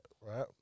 Right